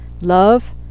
love